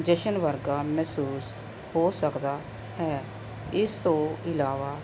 ਜਸ਼ਨ ਵਰਗਾ ਮਹਿਸੂਸ ਹੋ ਸਕਦਾ ਹੈ ਇਸ ਤੋਂ ਇਲਾਵਾ